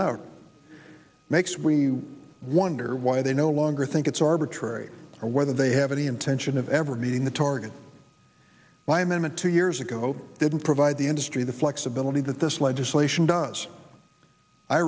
out makes we wonder why they no longer think it's arbitrary or whether they have any intention of ever meeting the target by amendment two years ago didn't provide the industry the flexibility that this legislation does i